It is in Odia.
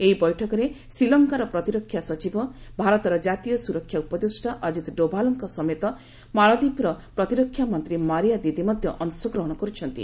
ଏହି ବୈଠକରେ ଶ୍ରୀଲଙ୍କାର ପ୍ରତିରକ୍ଷା ସଚିବ ଭାରତର ଜାତୀୟ ସ୍ୱରକ୍ଷା ଉପଦେଷ୍ଟା ଅଜିତ୍ ଡୋଭାଲଙ୍କ ସମେତ ମାଳଦ୍ୱୀପର ପ୍ରତିରକ୍ଷା ମନ୍ତ୍ରୀ ମାରିଆ ଦିଦି ମଧ୍ୟ ଅଂଶଗ୍ରହଣ କର୍ରଛନ୍ତି